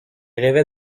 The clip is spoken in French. rêvait